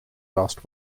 last